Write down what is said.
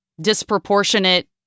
disproportionate